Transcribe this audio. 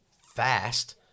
fast